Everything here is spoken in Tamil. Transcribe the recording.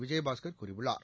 விஜயபாஸ்கள் கூறியுள்ளார்